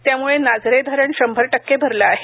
त्यामुळे नाझरे धरण शंभर टक्के भरले आहे